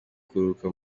kuruhuka